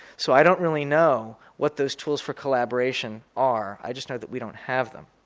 so i don't really know what those tools for collaboration are, i just know that we don't have them.